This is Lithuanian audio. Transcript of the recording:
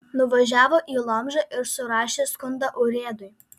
nuvažiavo į lomžą ir surašė skundą urėdui